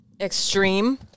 extreme